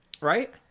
right